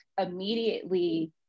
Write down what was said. immediately